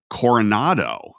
Coronado